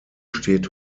steht